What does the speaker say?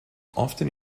often